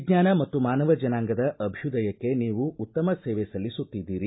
ವಿಜ್ಞಾನ ಮತ್ತು ಮಾನವ ಜನಾಂಗದ ಅಭ್ಯುದಯಕ್ಕೆ ನೀವು ಉತ್ತಮ ಸೇವೆ ಸಲ್ಲಿಸುತ್ತಿದ್ದೀರಿ